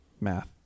math